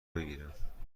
بگیرم